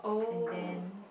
and then